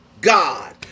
God